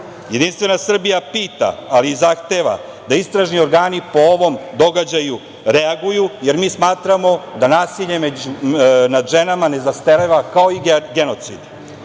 događaj? Jedinstvena Srbija pita, ali i zahteva, da istražni organi po ovom događaju reaguju, jer mi smatramo da nasilje nad ženama ne zastarava kao i genocid?